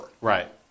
Right